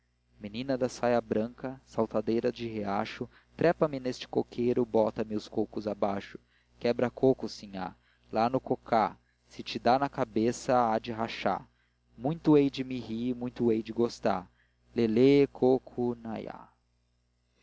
menina da saia branca saltadeira de riacho trepa me neste coqueiro bota me os cocos abaixo quebra coco sinhá lá no cocá se te dá na cabeça há de rachá muito hei de me ri muito hei de gostá lelê cocô